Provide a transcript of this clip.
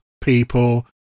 people